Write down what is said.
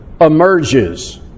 emerges